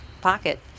pocket